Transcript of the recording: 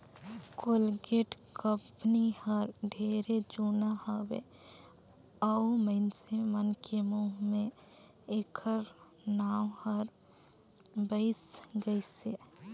Colgate company हर ढेरे जुना हवे अऊ मइनसे मन के मुंह मे ऐखर नाव हर बइस गइसे